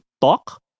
talk